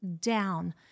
down